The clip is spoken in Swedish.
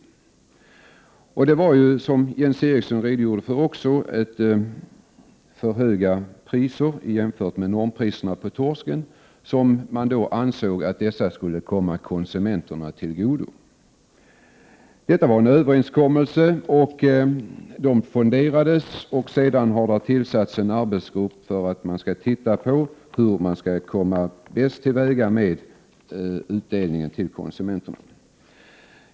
Som Jens Eriksson också redogjorde för var det för höga priser jämfört med normpriserna på torsken som skulle komma konsumenterna till godo. Det skedde en överenskommelse, och pengarna fonderades. Det har sedan tillsatts en arbetsgrupp som skall titta på hur man bäst skall gå till väga med utdelningen till konsumenterna.